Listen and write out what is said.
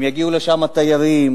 אם יגיעו לשם תיירים.